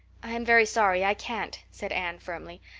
i am very sorry i can't, said anne firmly.